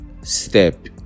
step